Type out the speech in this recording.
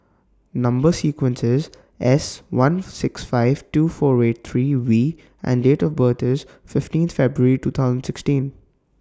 Number sequence IS S one six five two four eight three V and Date of birth IS fifteenth February twenty sixteen